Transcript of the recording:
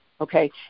okay